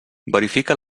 verifica